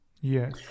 Yes